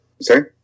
Sorry